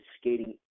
skating